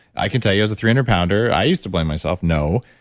i can tell you as a three hundred pounder, i used to blame myself. no.